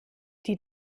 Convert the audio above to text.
die